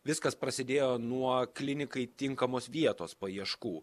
viskas prasidėjo nuo klinikai tinkamos vietos paieškų